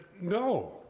No